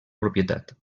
propietat